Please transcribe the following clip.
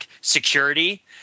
security